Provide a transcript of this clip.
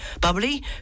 Bubbly